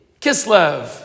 Kislev